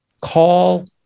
Call